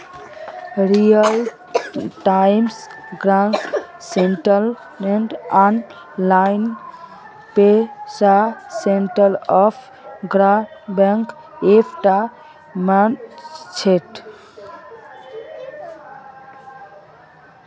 real time gross settlement online पैसा transfer कारवार एक टा माध्यम छे